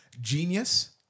genius